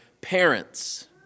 parents